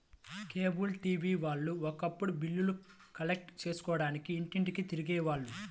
cable TV వాళ్ళు ఒకప్పుడు బిల్లులు కలెక్ట్ చేసుకోడానికి ఇంటింటికీ తిరిగే వాళ్ళు